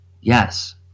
Yes